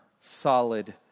solid